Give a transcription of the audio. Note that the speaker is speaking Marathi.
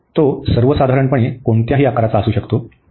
तो सर्वसाधारणपणे कोणत्याही आकाराचा असू शकतो